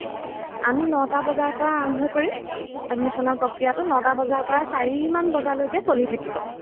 আমি নটা বজাৰ পৰা আৰম্ভ কৰিম এডমিশ্যনৰ প্ৰক্ৰিয়াটো নটা বজাৰ পৰা চাৰিমান বজালৈকে চলি থাকিব